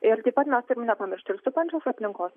ir taip pat mes turim nepamiršti ir supančios aplinkos